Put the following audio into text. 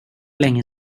länge